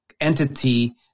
entity